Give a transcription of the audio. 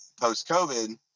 post-COVID